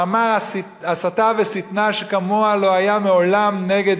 מאמר הסתה ושטנה שכמוהו לא היה מעולם נגד